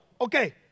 okay